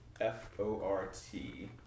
F-O-R-T